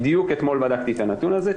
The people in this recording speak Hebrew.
ובדיוק אתמול בדקתי את הנתון הזה,